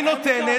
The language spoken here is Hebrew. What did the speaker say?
היא נותנת.